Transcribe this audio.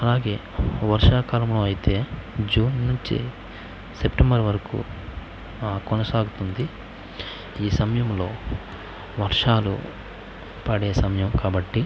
అలాగే వర్షాకాలం అయితే జూన్ నుంచి సెప్టెంబర్ వరకు కొనసాగుతుంది ఈ సమయంలో వర్షాలు పడే సమయం కాబట్టి